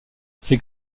c’est